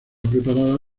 preparada